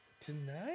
Tonight